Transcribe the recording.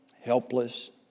helpless